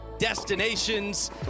destinations